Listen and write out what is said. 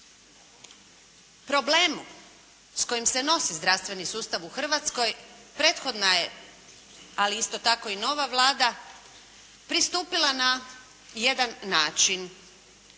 Problemu s kojim se nosi zdravstveni sustav u Hrvatskoj prethodna je ali isto tako i nova Vlada pristupila na jedan način.